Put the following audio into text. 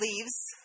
leaves